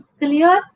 clear